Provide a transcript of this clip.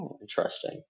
interesting